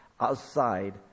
outside